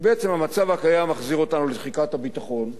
בעצם המצב הקיים מחזיר אותנו לתחיקת הביטחון,